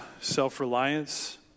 self-reliance